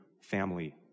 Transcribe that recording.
family